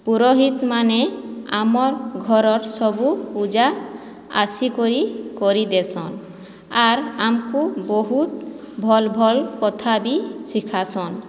ପୁରୋହିତ୍ମାନେ ଆମର୍ ଘରର୍ ସବୁ ପୂଜା ଆସିକରି କରି ଦେସନ୍ ଆର୍ ଆମ୍କୁ ବହୁତ ଭଲ୍ ଭଲ୍ କଥା ବି ଶିଖାସନ୍